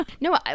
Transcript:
no